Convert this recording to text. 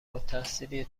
التحصیلی